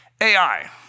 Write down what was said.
AI